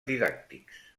didàctics